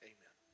Amen